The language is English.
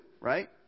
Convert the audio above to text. right